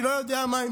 אני לא יודע מה,